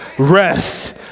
rest